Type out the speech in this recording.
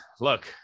look